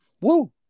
Woo